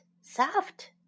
soft